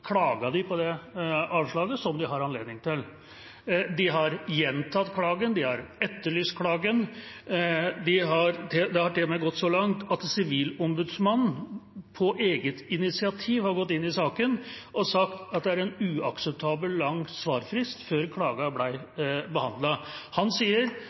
de på det avslaget, som de har anledning til. De har gjentatt klagen, de har etterlyst klagebehandlingen. Det har til og med gått så langt at Sivilombudsmannen på eget initiativ har gått inn i saken og sagt at det har gått uakseptabelt lang tid før klagen ble behandlet. Han sier